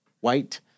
white